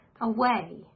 Away